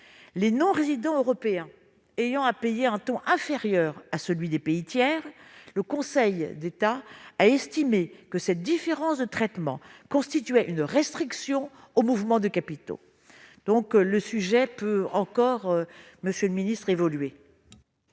Les non-résidents européens ayant à payer un taux inférieur à celui des pays tiers, le Conseil d'État a estimé que cette différence de traitement constituait une restriction aux mouvements de capitaux. Il semble donc que le sujet puisse encore, monsieur le ministre, évoluer.